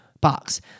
box